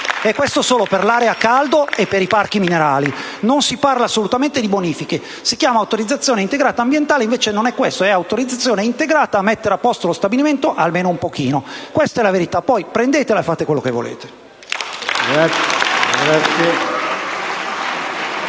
E questo solo per l'area a caldo e per i parchi minerari. Non si parla assolutamente di bonifiche. Si chiama «autorizzazione integrata ambientale», ma non è questo: è autorizzazione integrata a mettere a posto lo stabilimento almeno un pochino. Questa è la verità: prendetela e fatene quello che volete.